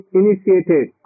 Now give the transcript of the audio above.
initiated